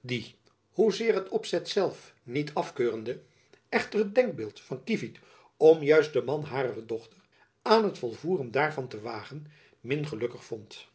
die hoezeer het opzet zelf niet afkeurende echter het denkbeeld van kievit om juist den man harer dochter aan het volvoeren daarvan te wagen min gelukkig vond